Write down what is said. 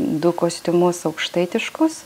du kostiumus aukštaitiškus